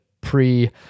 pre –